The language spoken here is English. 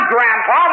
Grandpa